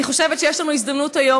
אני חושבת שיש לנו הזדמנות היום,